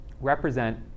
represent